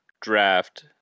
draft